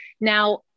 Now